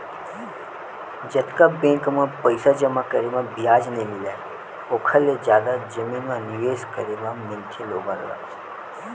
जतका बेंक म पइसा जमा करे म बियाज नइ मिलय ओखर ले जादा जमीन म निवेस करे म मिलथे लोगन ल